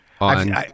on